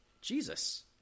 Jesus